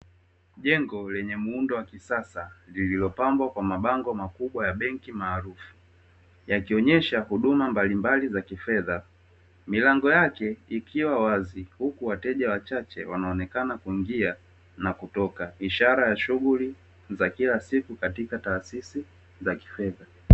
Jengo lenye muundo wa kisasa lililopambwa kwa mabango makubwa ya benki maarufu yakionyesha huduma mbalimbali za kifedha milango yake ikiwa wazi kuku wateja wachache wanaonekana kuingia na kutoka ni ishara ya shughuli za kila siku katika taasisi za kifedha